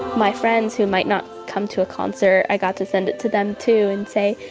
my friends who might not come to a concert, i got to send it to them too and say,